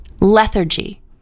Lethargy